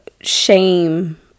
Shame